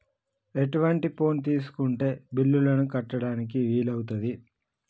ఎటువంటి ఫోన్ తీసుకుంటే బిల్లులను కట్టడానికి వీలవుతది?